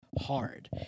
hard